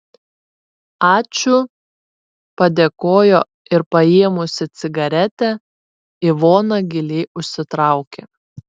ačiū padėkojo ir paėmusi cigaretę ivona giliai užsitraukė